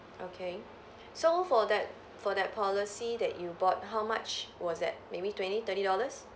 okay so for that for that policy that you bought how much was that maybe twenty thirty dollars